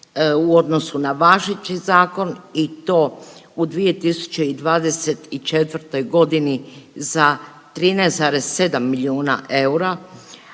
u odnosu na važeći zakon i to u 2024. godini za 13,7 milijuna eura.